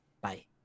bye